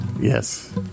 Yes